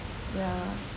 ya